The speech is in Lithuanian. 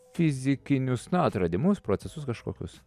fizikinius atradimus procesus kažkokius